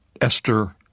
Esther